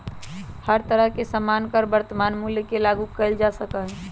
हर तरह के सामान पर वर्तमान मूल्य के लागू कइल जा सका हई